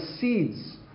seeds